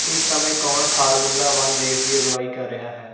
ਇਸ ਸਮੇਂ ਕੌਣ ਫਾਰਮੂਲਾ ਵਨ ਰੇਸ ਦੀ ਅਗਵਾਈ ਕਰ ਰਿਹਾ ਹੈ